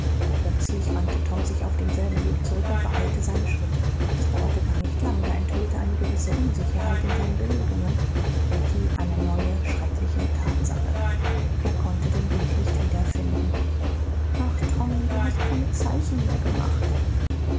plötzlich wandte tom sich auf demselben weg zurück und beeilte seine schritte es dauerte gar nicht lange da enthüllte eine gewisse unsicherheit in seinen bewegungen becky eine neue schreckliche tatsache er konnte den weg nicht wiederfinden ach tom du hast keine zeichen mehr gemacht